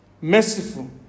merciful